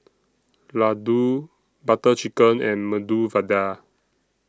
Ladoo Butter Chicken and Medu Vada